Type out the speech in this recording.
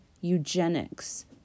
eugenics